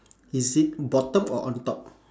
is it bottom or on top